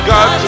God